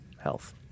health